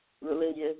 religious